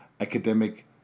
academic